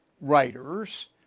writers